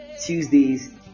Tuesdays